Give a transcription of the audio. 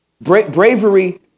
Bravery